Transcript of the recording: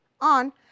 on